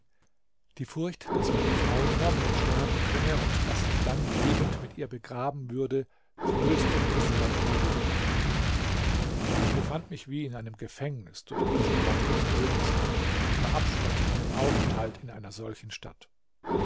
die furcht daß meine frau vor mir sterben könne und daß ich dann lebend mit ihr begraben würde flößte mir sehr trübe gedanken ein ich befand mich wie in einem gefängnis durch diese worte des königs und verabscheute meinen aufenthalt in einer solchen stadt